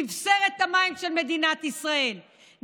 ספסר במים של מדינת ישראל,